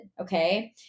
okay